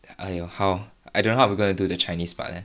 a~ !aiyo! how I don't know how are we going to do the chinese part leh